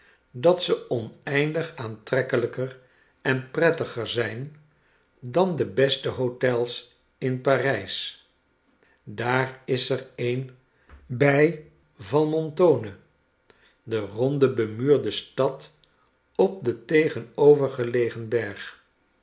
dat ze oneindig aantrekkelijker en prettiger zijn dan de beste hotels in parijs daar is er een bij valmontone de ronde bemuurde stad op den